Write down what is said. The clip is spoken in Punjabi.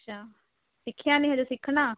ਅੱਛਾ ਸਿੱਖਿਆ ਨਹੀਂ ਹਜੇ ਸਿੱਖਣਾ